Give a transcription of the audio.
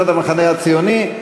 קבוצת המחנה הציוני,